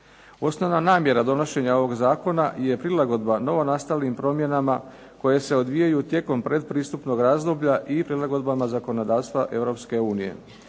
Osnovna namjera donošenja ovog zakona je prilagodba novonastalim promjenama koje se odvijaju tijekom pretpristupnog razdoblja i prilagodbama zakonodavstva